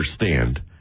understand